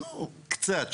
קצת,